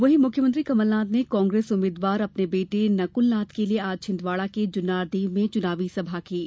वहीं मुख्यमंत्री कमलनाथ ने कांग्रेस उम्मीदवार अपने बेटे नकुलनाथ के लिए आज छिंदवाड़ा के जुन्नारदेव में चुनावी सभा कीं